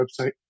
website